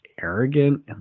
arrogant